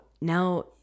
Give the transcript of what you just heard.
now